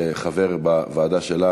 כחבר בוועדה שלך,